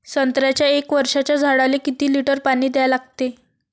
संत्र्याच्या एक वर्षाच्या झाडाले किती लिटर पाणी द्या लागते?